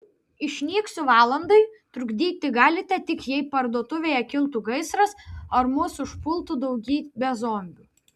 išnyksiu valandai trukdyti galite tik jei parduotuvėje kiltų gaisras ar mus užpultų daugybė zombių